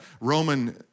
Roman